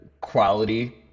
quality